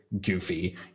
goofy